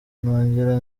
nongera